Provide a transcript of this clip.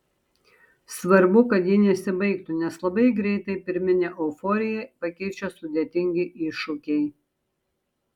svarbu kad ji nesibaigtų nes labai greitai pirminę euforiją pakeičia sudėtingi iššūkiai